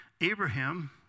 Abraham